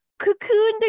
cocooned